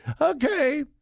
Okay